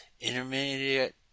Intermediate